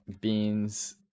beans